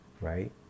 right